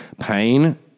pain